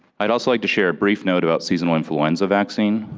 i'd also like to share a brief note about seasonal influenza vaccine.